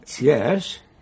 Yes